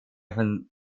von